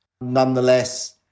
Nonetheless